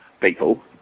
people